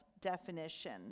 definition